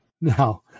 Now